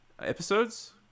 episodes